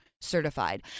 certified